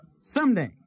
Someday